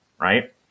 right